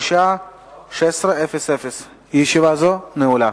בשעה 16:00. ישיבה זו נעולה.